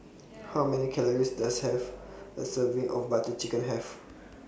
How Many Calories Does Have A Serving of Butter Chicken Have